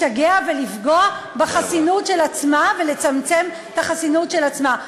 להשתגע ולפגוע בחסינות של עצמה ולצמצם את החסינות של עצמה.